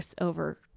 over